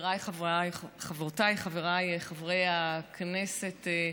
חברותיי וחבריי חברי הכנסת,